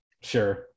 Sure